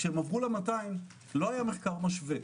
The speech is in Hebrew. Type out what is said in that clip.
כשעברו ל-200, לא היה מחקר משווה.